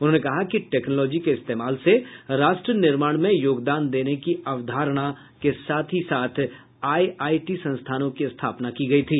उन्होंने कहा कि टेक्नोलॉजी के इस्तेमाल से राष्ट्र निर्माण में योगदान देने की अवधारणा के साथ ही आई आई टी संस्थानों की स्थापना की गई थी